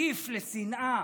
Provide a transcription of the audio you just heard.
מטיף לשנאה,